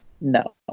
no